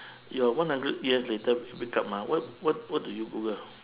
you're one hundred years later wake up ah what what what do you google